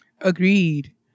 Agreed